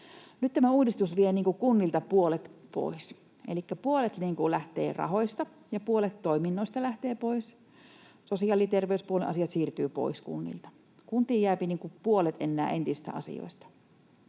Nyt tämä uudistus vie kunnilta puolet pois, elikkä puolet rahoista ja puolet toiminnoista lähtee pois. Sosiaali‑ ja terveyspuolen asiat siirtyvät pois kunnilta. Kuntiin jää enää puolet entisistä asioista.